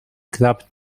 club